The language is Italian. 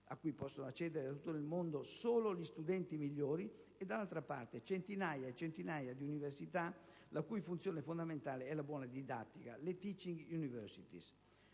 quali possono accedere da tutto il mondo solo gli studenti migliori, e dall'altra centinaia e centinaia di università, la cui funzione fondamentale è la buona didattica, le *Tteaching Universities*.